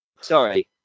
Sorry